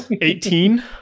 eighteen